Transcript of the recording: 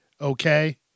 Okay